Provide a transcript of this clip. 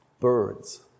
birds